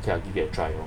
okay give it a try